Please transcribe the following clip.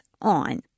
on